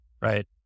right